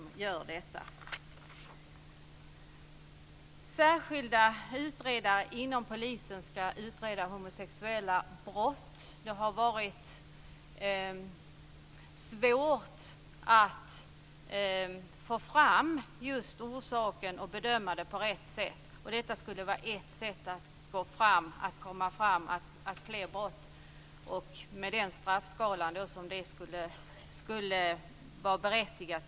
Vidare ska särskilda utredare inom polisen utreda brott mot homosexuella - det har ju varit svårt att få fram just orsaken och att bedöma på rätt sätt. Detta skulle vara ett sätt att komma fram, med den straffskala som är berättigad.